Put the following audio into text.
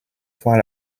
fois